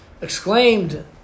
exclaimed